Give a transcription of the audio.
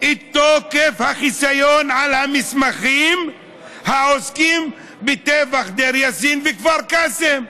את תוקף החיסיון על המסמכים העוסקים בטבח דיר יאסין וכפר קאסם.